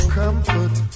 comfort